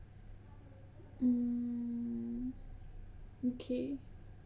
mm okay